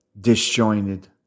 disjointed